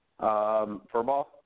furball